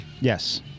Yes